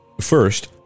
First